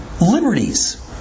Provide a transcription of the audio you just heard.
liberties